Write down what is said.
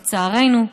לצערנו,